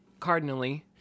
cardinally